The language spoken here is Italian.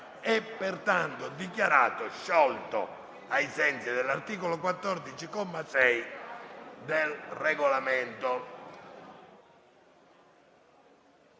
è pertanto dichiarato sciolto, ai sensi dell'articolo 14, comma 6, del Regolamento.